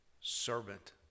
servant